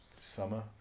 Summer